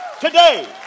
today